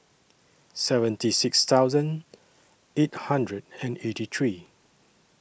seventy six thousand eight hundred and eighty three